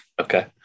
Okay